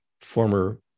former